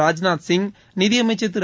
ராஜ்நாத் சிங் நிதியமைச்சர் திரு